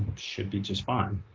should be just fine.